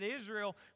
Israel